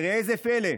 וראה זה פלא,